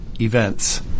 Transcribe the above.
events